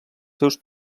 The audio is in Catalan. seus